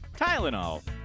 Tylenol